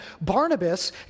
Barnabas